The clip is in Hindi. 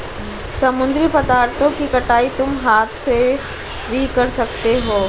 समुद्री पदार्थों की कटाई तुम हाथ से भी कर सकते हो